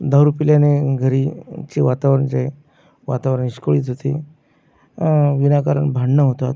दारू पिल्याने घरीचे वातावरन जे वातावरन इस्कोळीत होते विनाकारन भांडनं होतात